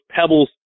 pebbles